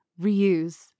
reuse